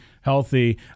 healthy